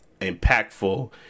impactful